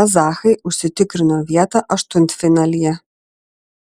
kazachai užsitikrino vietą aštuntfinalyje